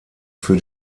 für